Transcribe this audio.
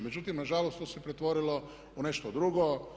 Međutim, nažalost, to se pretvorilo u nešto drugo.